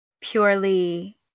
purely